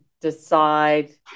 decide